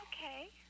Okay